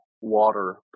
water